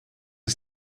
are